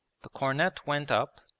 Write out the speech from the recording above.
the cornet went up,